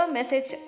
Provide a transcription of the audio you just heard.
message